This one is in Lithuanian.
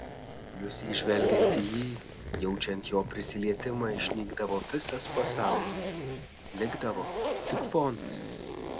liusei žvelgiant į jį jaučiant jo prisilietimą išnykdavo visas pasaulis likdavo tik fonas